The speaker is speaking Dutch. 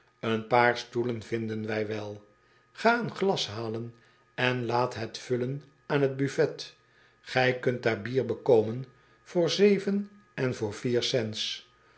een paar stoelen vinden wij wel ga een glas halen en laat het vullen aan het buffet ij kunt daar bier bekomen voor en voor cents